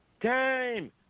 Time